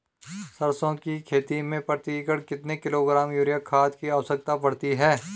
सरसों की खेती में प्रति एकड़ कितने किलोग्राम यूरिया खाद की आवश्यकता पड़ती है?